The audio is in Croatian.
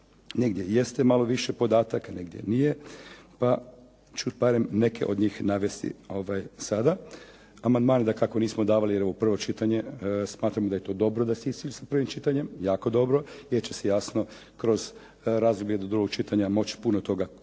Negdje jeste malo više podataka, negdje nije, pa ću barem neke od njih navesti sada. Amandmane dakako nismo davali jer je ovo prvo čitanje. Smatram da je to dobro da se ide sa prvim čitanjem, jako dobro jer će se jasno kroz razdoblje do drugog čitanja moći puno toga ispraviti